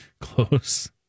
Close